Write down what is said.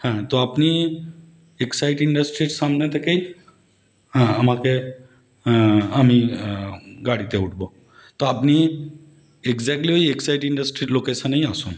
হ্যাঁ তো আপনি এক্সাইড ইন্ড্রাস্ট্রির সামনে থেকেই হ্যাঁ আমাকে আমি গাড়িতে উটবো তো আপনি একজ্যাক্টলি ওই এক্সাইড ইন্ড্রাস্ট্রির লোকেশানেই আসুন